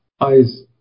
eyes